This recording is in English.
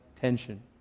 tension